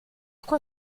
quoi